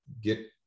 get